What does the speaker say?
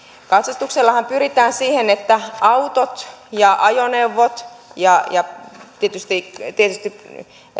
katsastuksellahan pyritään siihen että autot ja ajoneuvot ja ja tietysti tietysti